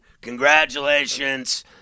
Congratulations